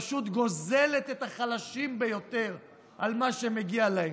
פשוט גוזלת מהחלשים ביותר את מה שמגיע להם.